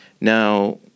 now